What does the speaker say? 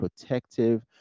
protective